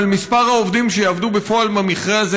אבל מספר העובדים שיעבדו בפועל במכרה הזה,